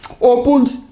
opened